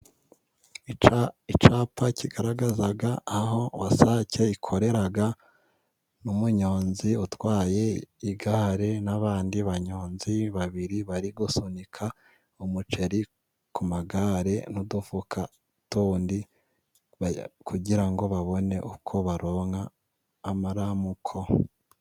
Icyapa kigaragaza aho WASAC ikorera n'umuyonzi utwaye igare n'abandi banyonzi babiri bari gusunika umuceri ku magare n'udufuka tundi, kugira ngo babone uko baronka amaramuko.